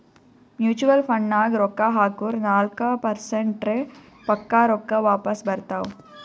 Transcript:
mutual ಫಂಡ್ನಾಗ್ ರೊಕ್ಕಾ ಹಾಕುರ್ ನಾಲ್ಕ ಪರ್ಸೆಂಟ್ರೆ ಪಕ್ಕಾ ರೊಕ್ಕಾ ವಾಪಸ್ ಬರ್ತಾವ್